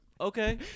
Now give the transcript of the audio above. Okay